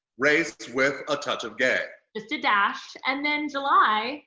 race with a touch of gay. just a dash. and then, july.